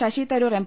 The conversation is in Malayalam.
ശശിതരൂർ എം